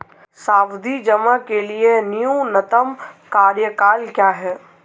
सावधि जमा के लिए न्यूनतम कार्यकाल क्या है?